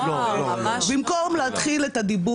במקום להתחיל את הדיבור,